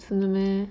真的 meh